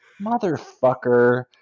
motherfucker